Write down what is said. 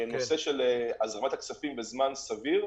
נושא של הזרמת הכספים בזמן סביר,